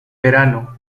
verano